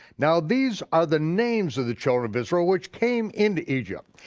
now, these are the names of the children of israel which came into egypt,